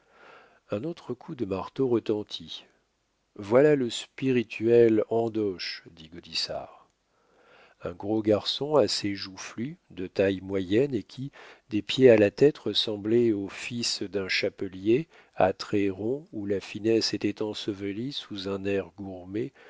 un autre coup de marteau retentit voilà le spirituel andoche dit gaudissart un gros garçon assez joufflu de taille moyenne et qui des pieds à la tête ressemblait au fils d'un chapelier à traits ronds où la finesse était ensevelie sous un air gourmé